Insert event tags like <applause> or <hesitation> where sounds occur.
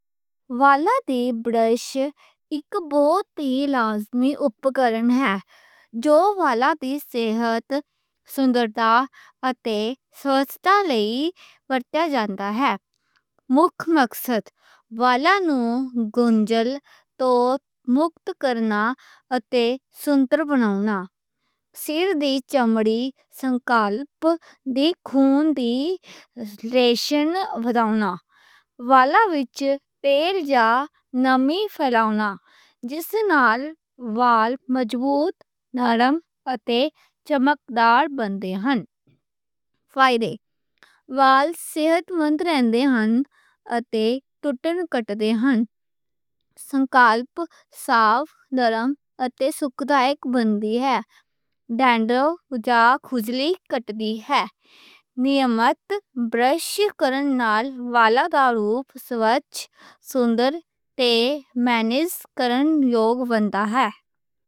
وال اتے ایمبلشے ایک بہت لازمی ہوے گا، جو وال دی صحت، سوندَر اتے سواستھ لے بڑھان لئی۔ بہت مکھ مقصد، بالاں نوں گنجھل توں مکت کرنا اتے سندر بناؤنا۔ سکالپ سیلز دے خون دی <hesitation> سرکولیشن ودھاؤنا۔ والاں وِچ تیل یا نمی پھیلاؤنا۔ جس نال وال مضبوط، اتے چمکدار بن دے ہن۔ فائدے، وال صحت مند رہن دے ہن اتے ٹٹنا گھٹ دے ہن۔ سکالپ سکدائک بن دی ہے۔ برش کرن نال والاں دا روپ سوہنر تے منیج کرن یوگ بن دا ہے۔